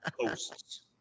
posts